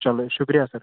چلو شُکریہ سَر